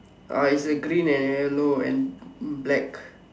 uh is a green and yellow and black